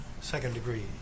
second-degree